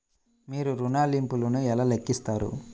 మీరు ఋణ ల్లింపులను ఎలా లెక్కిస్తారు?